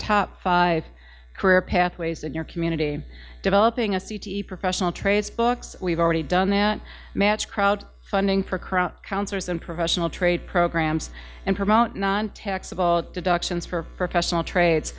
top five career pathways in your community developing a professional trades books we've already done that match crowd funding for crowd counselors and professional trade programs and promote nontaxable deductions for professional trades